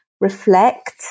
reflect